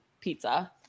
pizza